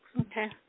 Okay